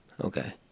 Okay